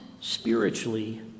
spiritually